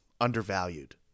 undervalued